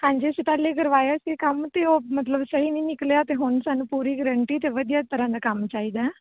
ਹਾਂਜੀ ਅਸੀਂ ਪਹਿਲੇ ਕਰਵਾਇਆ ਸੀ ਕੰਮ ਤਾਂ ਉਹ ਮਤਲਬ ਸਹੀ ਨਹੀਂ ਨਿਕਲਿਆ ਅਤੇ ਹੁਣ ਸਾਨੂੰ ਪੂਰੀ ਗਰੰਟੀ ਅਤੇ ਵਧੀਆ ਤਰ੍ਹਾਂ ਦਾ ਕੰਮ ਚਾਹੀਦਾ